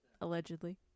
Allegedly